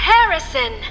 Harrison